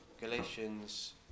Galatians